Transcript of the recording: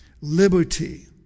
Liberty